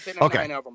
okay